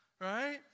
Right